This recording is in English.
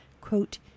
quote